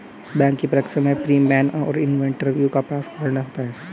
bank की परीक्षा में प्री, मेन और इंटरव्यू को पास करना होता है